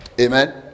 Amen